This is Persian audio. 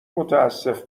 متاسف